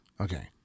okay